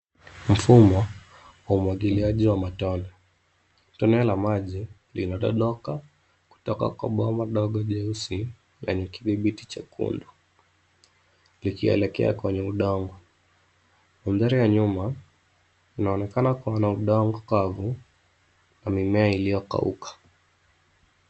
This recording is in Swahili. Mfumo wa umwagiliaji wa matone. Tone la maji inadondoka kutoka kwa bomba dogo jeusi lenye kidhibiti chekundu likielekea kwenye udongo. Mandhari ya nyuma inaonekana kuwa na udongo kavu na mimea iliyokauka.